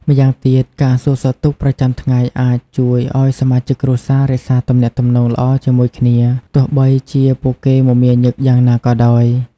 ម្យ៉ាងទៀត ការសួរសុខទុក្ខប្រចាំថ្ងៃអាចជួយឲ្យសមាជិកគ្រួសាររក្សាទំនាក់ទំនងល្អជាមួយគ្នា ទោះបីជាពួកគេមមាញឹកយ៉ាងណាក៏ដោយ។